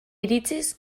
iritziz